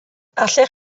allech